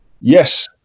Yes